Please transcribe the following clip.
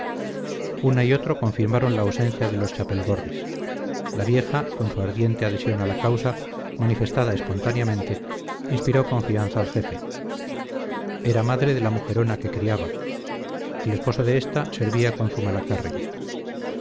una y otro confirmaron la ausencia de los chapelgorris la vieja con su ardiente adhesión a la causa manifestada espontáneamente inspiró confianza al jefe era madre de la mujerona que criaba el esposo de ésta servía con